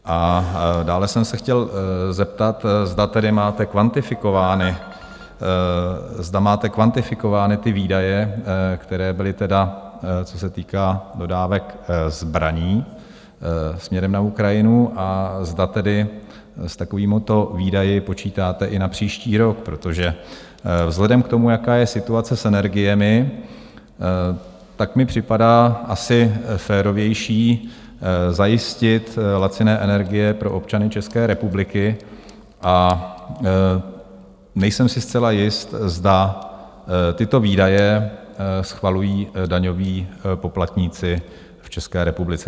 A dále jsem se chtěl zeptat, zda tedy máte kvantifikovány výdaje, které byly, co se týká dodávek zbraní směrem na Ukrajinu, a zda tedy s takovými to výdaji počítáte i na příští rok, protože vzhledem k tomu, jaká je situace s energiemi, mi připadá asi férovější zajistit laciné energie pro občany České republiky, a nejsem si zcela jist, zda tyto výdaje schvalují daňoví poplatníci v České republice.